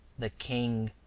the king.